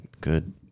good